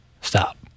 Stop